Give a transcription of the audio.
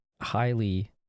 highly